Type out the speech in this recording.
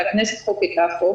והכנסת חוקקה חוק,